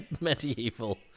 medieval